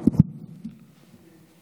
תודה רבה.